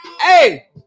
Hey